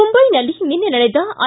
ಮುಂದೈನಲ್ಲಿ ನಿನ್ನೆ ನಡೆದ ಐ